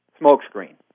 Smokescreen